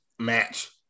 match